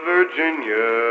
Virginia